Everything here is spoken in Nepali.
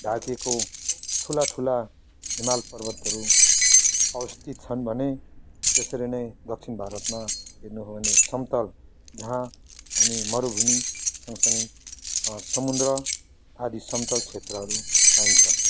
ढाकेको ठुलाठुला हिमाल पर्वतहरू अवस्थित छन् भने त्यसरी नै दक्षिण भारतमा हेर्नु हो भने समतल जहाँ हामी मरुभुमि सँगसँगै समुद्र आदि समतल क्षेत्रहरू पाइन्छ